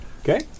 Okay